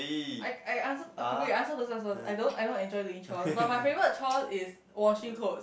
I I I answer okay wait you answer this one first I don't I don't enjoy doing chores but my favourite chore is washing clothes